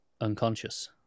unconscious